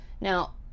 Now